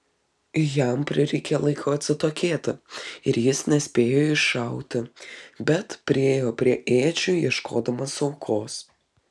jam prireikė laiko atsitokėti ir jis nespėjo iššauti bet priėjo prie ėdžių ieškodamas aukos